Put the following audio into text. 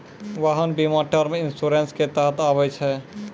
वाहन बीमा term insurance के तहत आबै छै